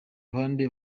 ruhande